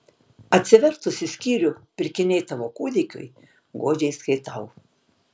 atsivertusi skyrių pirkiniai tavo kūdikiui godžiai skaitau